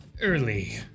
early